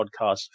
Podcast